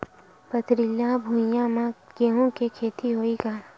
पथरिला भुइयां म गेहूं के खेती होही का?